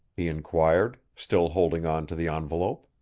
he inquired, still holding on to the envelope.